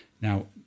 Now